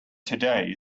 today